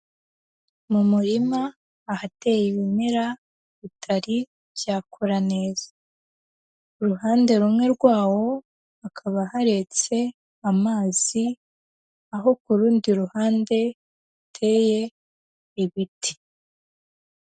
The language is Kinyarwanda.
Mu murima ahateye ibimera, bitari byakura neza. Uruhande rumwe rwawo hakaba haretse amazi, aho ku rundi ruhande, ruteye ibiti.